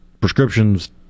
prescriptions